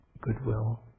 goodwill